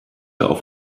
auf